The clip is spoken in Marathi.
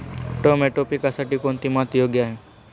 टोमॅटो पिकासाठी कोणती माती योग्य आहे?